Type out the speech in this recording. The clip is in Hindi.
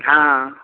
हाँ